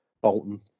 Bolton